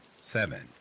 Seven